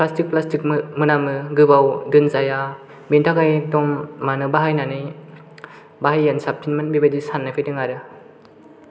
plastic plastic मोनामो गोबाव दोनजाया बेनि थाखाय एकदम मानो बाहायनानै बाहायैयानो साबसिनमोन बेबायदि साननाय फैदों आरो